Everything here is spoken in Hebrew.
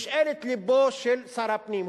משאלת לבו של שר הפנים.